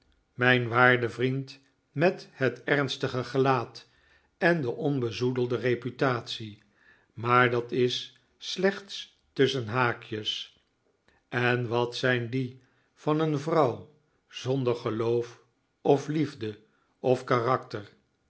mijn waarde vriend met het ernstige gelaat en de onbezoedelde reputatie maar dat is slechts tusschen haakjes en wat zijn die van een vrouw zonder geloof of liefde of karakter